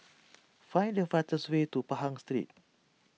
find the fastest way to Pahang Street